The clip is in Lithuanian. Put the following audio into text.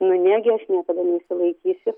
nu negi aš niekada neišsilaikysiu